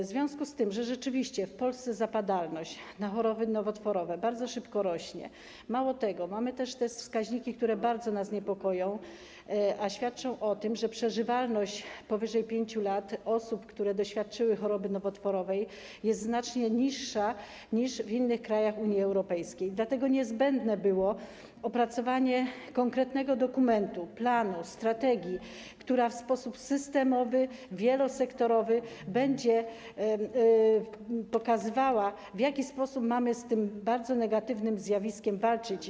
W związku z tym, że rzeczywiście w Polsce zapadalność na choroby nowotworowe bardzo szybko rośnie, mało tego, mamy wskaźniki, które bardzo nas niepokoją, a świadczą o tym, że przeżywalność powyżej 5 lat osób, które doświadczyły choroby nowotworowej, jest znacznie niższa niż w innych krajach Unii Europejskiej, niezbędne było opracowanie konkretnego dokumentu, planu, strategii, która w sposób systemowy, wielosektorowy będzie pokazywała, w jaki sposób mamy z tym bardzo negatywnym zjawiskiem walczyć.